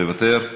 מוותר?